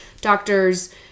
doctors